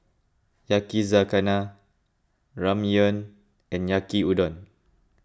Yakizakana Ramyeon and Yaki Udon